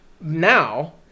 now